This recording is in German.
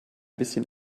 bisschen